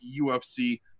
UFC